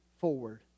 forward